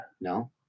No